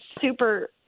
super